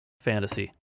fantasy